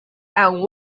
and